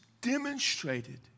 demonstrated